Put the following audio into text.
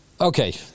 okay